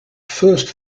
first